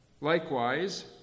Likewise